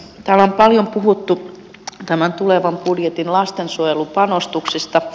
täällä on paljon puhuttu tämän tulevan budjetin lastensuojelupanostuksista